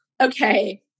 Okay